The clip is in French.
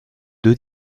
deux